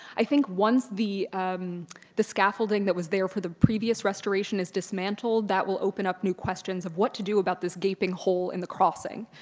i think once the the scaffolding that was there for the previous restoration is dismantled, that will open up new questions of what to do with this gaping hole in the crossing.